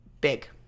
big